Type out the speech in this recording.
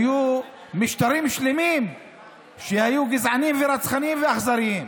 היו משטרים שלמים שהיו גזעניים, רצחניים ואכזריים.